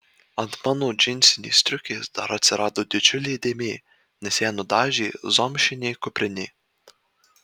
ant mano džinsinės striukės dar atsirado didžiulė dėmė nes ją nudažė zomšinė kuprinė